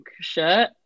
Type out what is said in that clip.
shirt